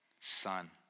Son